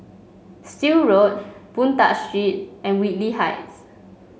Still Road Boon Tat Street and Whitley Heights